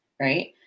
Right